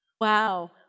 Wow